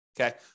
okay